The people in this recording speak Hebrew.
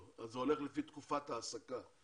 זה הולך לפי תקופת העסקה,